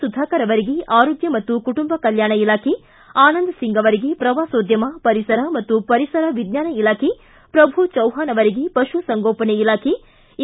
ಸುಧಾಕರ್ ಅವರಿಗೆ ಆರೋಗ್ಯ ಮತ್ತು ಕುಟುಂಬ ಕಲ್ಕಾಣ ಇಲಾಖೆ ಆನಂದ್ ಸಿಂಗ್ ಅವರಿಗೆ ಪ್ರವಾಸೋದ್ಯಮ ಪರಿಸರ ಮತ್ತು ಪರಿಸರ ವಿಜ್ಞಾನ ಇಲಾಖೆ ಪ್ರಭು ಚವ್ಹಾಣ್ ಅವರಿಗೆ ಪಶು ಸಂಗೋಪನೆ ಇಲಾಖೆ ಎ